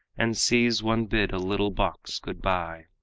and sees one bid a little box good-by.